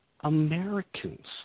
Americans